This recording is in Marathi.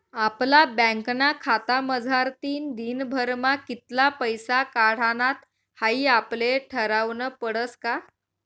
आपला बँकना खातामझारतीन दिनभरमा कित्ला पैसा काढानात हाई आपले ठरावनं पडस का